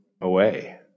away